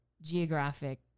geographic